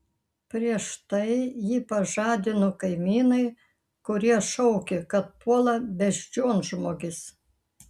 prieš tai jį pažadino kaimynai kurie šaukė kad puola beždžionžmogis